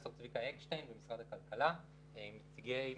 פרופסור צביקה אקשטיין במשרד הכלכלה עם מגוון